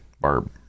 Barb